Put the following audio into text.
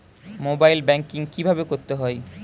Mobile banking কীভাবে করতে হয়?